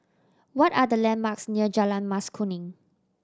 what are the landmarks near Jalan Mas Kuning